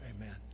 Amen